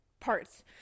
Parts